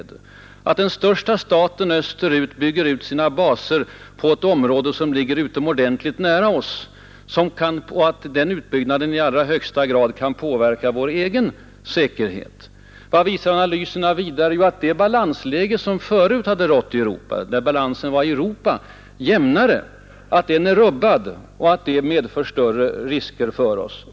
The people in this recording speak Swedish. De visar att den största staten österut bygger ut sina baser på ett område som ligger utomordentligt nära oss och att utbyggnaden i allra högsta grad kan påverka vår egen säkerhet. Vad visar analyserna vidare? Jo, att det balansläge som förut rått i Europa, där balansen var jämn, har rubbats och att det medför större risker för oss.